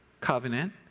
covenant